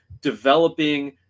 developing